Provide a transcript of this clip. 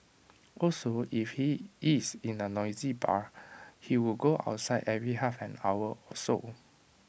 also if he is in A noisy bar he would go outside every half an hour or so